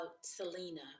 Selena